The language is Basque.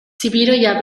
txipiroia